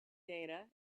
data